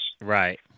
Right